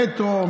מטרו,